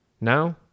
Now